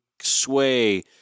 sway